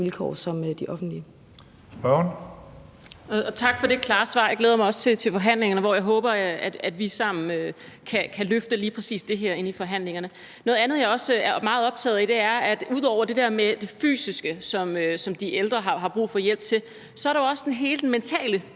vilkår som de offentlige.